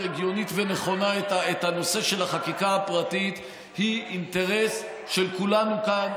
הגיונית ונכונה את הנושא של החקיקה הפרטית היא אינטרס של כולנו כאן.